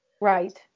Right